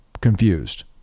confused